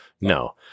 No